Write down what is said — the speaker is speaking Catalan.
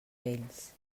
vells